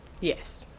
Yes